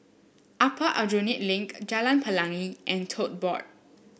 Upper Aljunied Link Jalan Pelangi and Tote Board